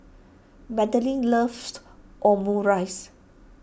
Madeline loves Omurice